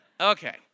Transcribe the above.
Okay